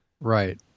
Right